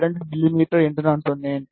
2 மிமீ என்று நான் சொன்னேன்